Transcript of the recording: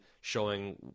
showing